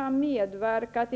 Att